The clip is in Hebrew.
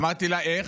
אמרתי לה: איך?